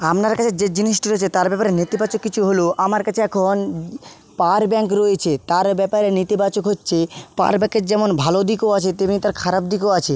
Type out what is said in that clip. আমার কাছে যে জিনিসটা রয়েছে তার ব্যাপারে নেতিবাচক কিছু হলো আমার কাছে এখন পাওয়ার ব্যাংক রয়েছে তার ব্যাপারে নেতিবাচক হচ্চে পাওয়ার ব্যাঙ্কের যেমন ভালো দিকও আছে তেমনি তার খারাপ দিকও আছে